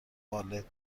والت